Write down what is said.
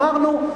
אמרנו,